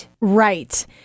Right